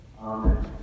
Amen